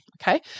Okay